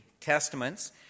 testaments